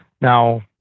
Now